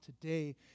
today